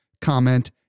comment